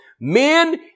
Men